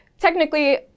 technically